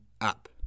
up